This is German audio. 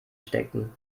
steckten